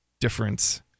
difference